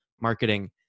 marketing